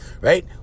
right